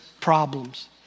problems